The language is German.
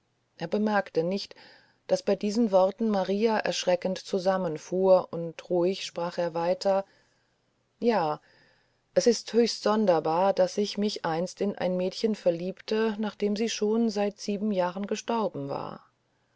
er bemerkte nicht daß bei diesen worten maria erschreckend zusammenfuhr und ruhig sprach er weiter ja es ist höchst sonderbar daß ich mich einst in ein mädchen verliebte nachdem sie schon seit sieben jahren verstorben war